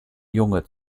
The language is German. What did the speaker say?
junge